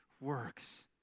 works